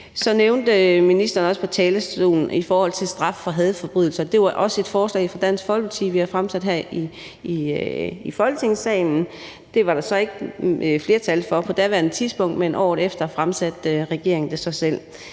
Så nævnte ministeren på talerstolen også straf for hadforbrydelser. Det også var et forslag fra Dansk Folkeparti, som vi har fremsat her i Folketingssalen. Det var der så ikke et flertal for på daværende tidspunkt, men året efter fremsatte regeringen det så selv.